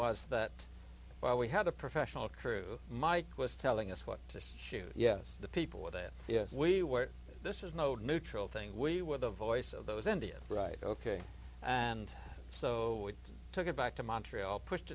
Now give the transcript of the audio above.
was that while we had a professional crew mike was telling us what to shoot yes the people with it yes we were this is no neutral thing we were the voice of those india right ok and so we took it back to montreal pushed